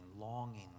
longing